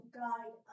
guide